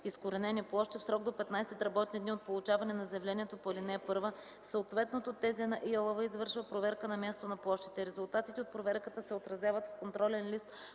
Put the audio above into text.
изкоренени площи, в срок до 15 работни дни от получаване на заявлението по ал. 1 съответното ТЗ на ИАЛВ извършва проверка на място на площите. Резултатите от проверката се отразяват в контролен лист